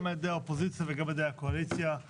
על ידי הקואליציה וגם על ידי האופוזיציה.